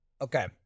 Okay